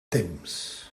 temps